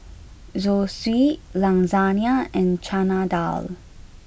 Zosui Lasagna and Chana Dal